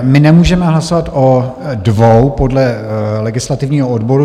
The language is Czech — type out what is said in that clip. My nemůžeme hlasovat o dvou podle legislativního odboru.